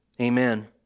Amen